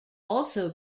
also